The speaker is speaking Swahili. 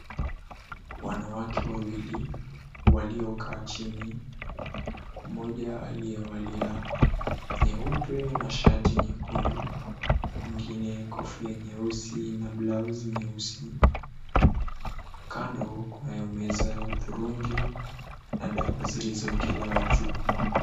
Wanawake wawili waliokaa chini mmoja aliyevalia nyeupe na shati nyekundu mwingine kofia nyeusi na blaosi nyeusi kando, kunayo meza ya udhurungi na dau zilizoekelewa juu.